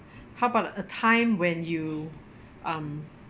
how about a time when you um